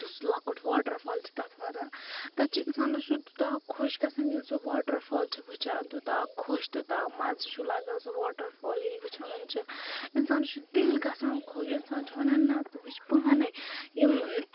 یُس لۄکُٹ waterfall چھِ تَتھ وَنان تَتہِ چھُ اِنسانَس چھُ تیٛوٗتاہ خۄش گَژھان ییٚلہِ سُہ واٹَر فال چھُ وُچھان تیٛوٗتاہ خۄش تیٛوٗتاہ مَزٕ چھُ لَگان سُہ واٹَر فال ییٚلہِ وُچھان چھُ اِنسانَس چھُ دِل گژھان خۄش اِنسان چھِ وَنان نہَ ژٕ وُچھ پانَے یِم